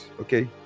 Okay